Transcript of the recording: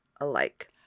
alike